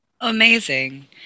amazing